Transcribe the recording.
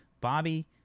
Bobby